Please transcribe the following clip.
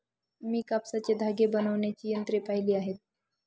मी कापसाचे धागे बनवण्याची यंत्रे पाहिली आहेत